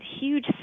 huge